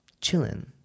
Chilling